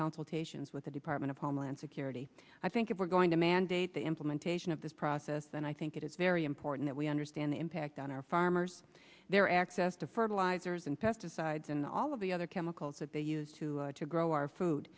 consultations with the department of homeland security i think we're going to mandate the implementation of this process and i think it is very important that we understand the impact on our farmers their access to fertilizers and pesticides and all of the other chemicals that they use to grow our food